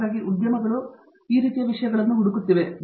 ಹಾಗಾಗಿ ಉದ್ಯಮಗಳು ಈ ರೀತಿಯ ವಿಷಯಗಳನ್ನು ಹುಡುಕುತ್ತಿವೆ